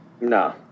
No